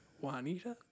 juanita